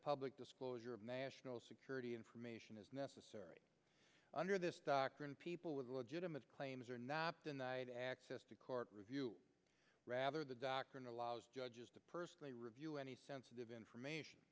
public disclosure of national security information as necessary under this doctrine people with legitimate claims are not denied access to court review rather the doctrine allows judges to personally review any sensitive